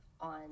on